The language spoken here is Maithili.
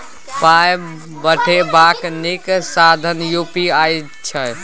पाय पठेबाक नीक साधन यू.पी.आई छै